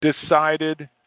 decided